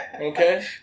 Okay